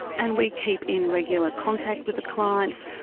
and we keep in regular contact with the clients.